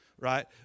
right